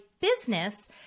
business